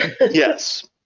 yes